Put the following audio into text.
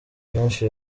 vyinshi